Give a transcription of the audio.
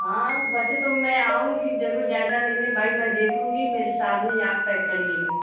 हाँ वैसे तो मैं आऊँगी ज़रूर जायज़ा लेने भाई मैं देखूँगी मेरे सामने आप ही पैक करिएगा